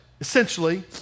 essentially